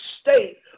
state